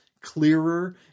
clearer